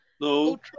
No